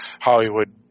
Hollywood